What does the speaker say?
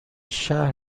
شهر